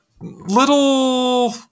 little